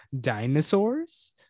Dinosaurs